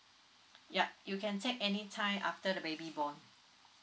yup you can take anytime after the baby born